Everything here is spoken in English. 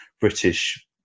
British